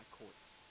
courts